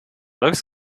looks